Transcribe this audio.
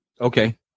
Okay